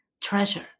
treasure